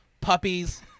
puppies